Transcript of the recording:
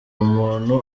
umuntu